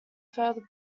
further